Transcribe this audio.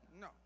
No